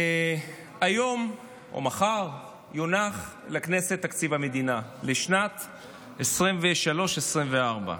היום או מחר יונח לכנסת תקציב המדינה לשנים 2023 ו-2024.